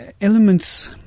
elements